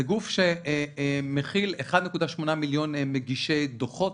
זה גוף שמכיל 1.8 מיליון מגישי דוחות.